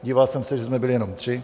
Díval jsem se, že jsme byli jenom tři.